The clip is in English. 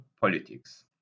politics